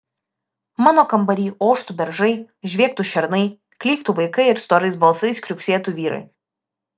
mano kambary oštų beržai žviegtų šernai klyktų vaikai ir storais balsais kriuksėtų vyrai